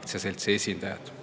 aktsiaseltsi esindajad.